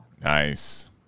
Nice